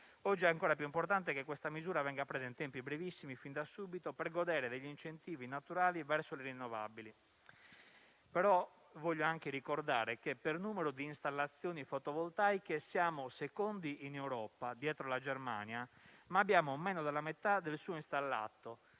Oggi è ancora più importante che questa misura venga presa in tempi brevissimi, fin da subito, per godere degli incentivi naturali verso le rinnovabili. Voglio anche ricordare, però, che per numero di installazioni fotovoltaiche siamo secondi in Europa, dietro la Germania, ma abbiamo meno della metà del suo installato